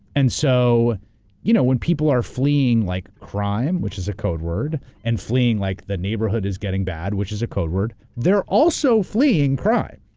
and so you know when people are fleeing like crime which is a code word and fleeing like the neighborhood is getting bad which is a code word, they're also fleeing crime.